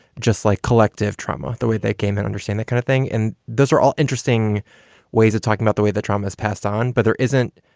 just like collective trauma, the way they came and understand that kind of thing. and those are all interesting ways to talk about the way the trauma has passed on. but there isn't.